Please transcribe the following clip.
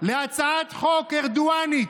להצעת חוק ארדואנית,